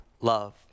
love